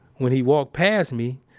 when he walked passed me,